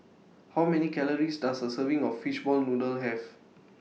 How Many Calories Does A Serving of Fishball Noodle Have